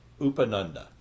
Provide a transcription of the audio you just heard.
Upananda